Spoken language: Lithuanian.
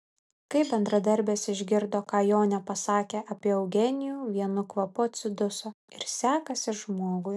kai bendradarbės išgirdo ką jonė pasakė apie eugenijų vienu kvapu atsiduso ir sekasi žmogui